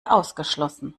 ausgeschlossen